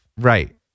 Right